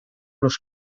los